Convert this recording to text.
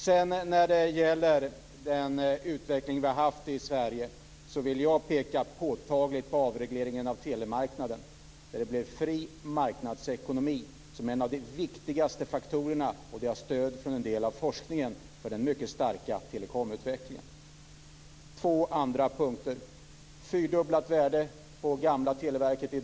Sedan var det utvecklingen i Sverige. Jag vill peka på den påtagliga avregleringen av telemarknaden. Det blev fri marknadsekonomi, en av de viktigaste faktorerna - och det finns stöd i forskningen - för den mycket starka telekomutvecklingen. Sedan finns det två andra punkter.